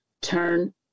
turn